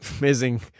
amazing